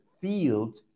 field